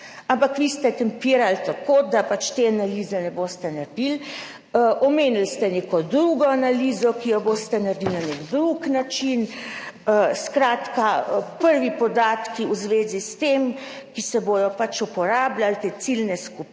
Ampak vi ste tempirali tako, da pač te analize ne boste naredili. Omenili ste neko drugo analizo, ki jo boste naredili na nek drug način. Skratka, prvi podatki v zvezi s tem, ki se bodo pač uporabljali, te ciljne skupine,